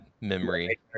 memory